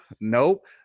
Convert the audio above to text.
Nope